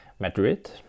Madrid